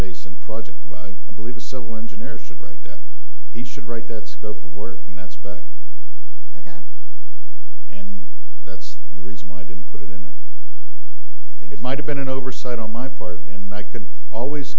basin project well i believe a civil engineer should write that he should write that scope of work and that's beck ok and that's the reason why i didn't put it in or think it might have been an oversight on my part and i can always